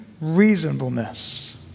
reasonableness